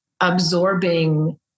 absorbing